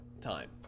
time